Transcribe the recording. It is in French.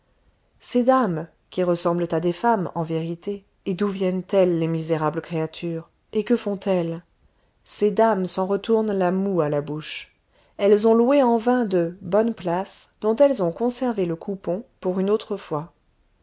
ces dames qui ressemblent à des femmes en vérité et d'où viennent-elles les misérables créatures et que font-elles ces dames s'en retournent la moue à la bouche elles ont loué en vain de bonnes places dont elles ont conservé le coupon pour une autre fois